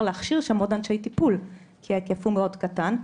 להכשיר שם עוד אנשי טיפול - כי ההיקף הוא מאוד קטן.